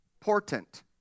portent